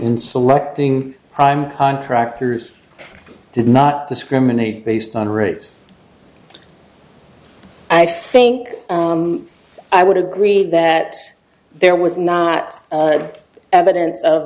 in selecting prime contractors did not discriminate based on race i think i would agree that there was not evidence of